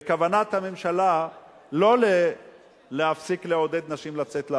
וכוונת הממשלה לא להפסיק לעודד נשים לצאת לעבוד.